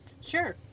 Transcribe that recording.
sure